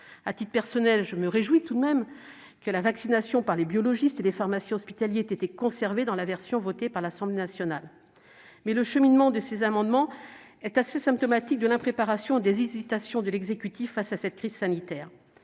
À titre personnel, je me réjouis tout de même que la vaccination par les biologistes et les pharmaciens hospitaliers ait été conservée dans la version votée par l'Assemblée nationale. Cela étant, le cheminement de ces amendements est assez symptomatique de l'impréparation et des hésitations de l'exécutif face à cette crise sanitaire.